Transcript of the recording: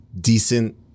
decent